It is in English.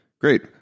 Great